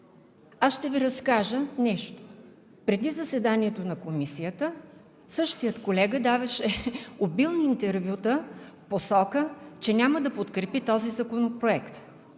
Аз ще Ви разкажа нещо. Преди заседанието на Комисията същият колега даваше обилни интервюта в посока, че няма да подкрепи този законопроект.